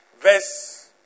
Verse